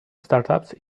startups